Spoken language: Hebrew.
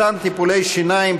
מתן טיפולי שיניים,